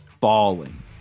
falling